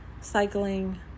cycling